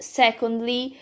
secondly